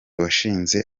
washinze